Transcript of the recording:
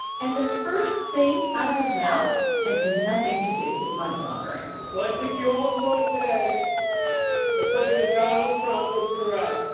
and the first thing out of his mouth had nothing to do with money laundering well, i think you all saw today that president donald trump was correct.